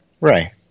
Right